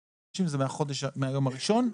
חודשים זה מהיום הראשון,